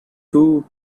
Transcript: too